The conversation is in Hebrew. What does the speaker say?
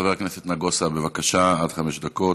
חבר הכנסת נגוסה, בבקשה, עד חמש דקות.